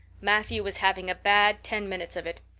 matthew was having a bad ten minutes of it.